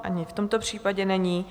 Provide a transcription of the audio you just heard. Ani v tomto případě není.